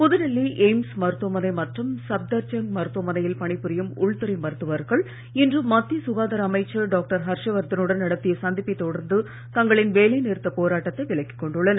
புது டெல்லி எய்ம்ஸ் மருத்துவமனை மற்றும் சப்தர்ஜங் மருத்துவமனையில் பணிபுரியும் உள்ளுறை மருத்துவர்கள் இன்று மத்திய சுகாதார அமைச்சர் டாக்டர் ஹர்ஷவர்த னுடன் நடத்திய சந்திப்பைத் தொடர்ந்து தங்களின் வேலை நிறுத்தப் போராட்டத்தை விலக்கிக் கொண்டுள்ளனர்